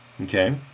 Okay